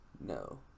No